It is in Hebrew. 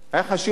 היה חשוב לי,